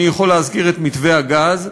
אני יכול להזכיר את מתווה הגז,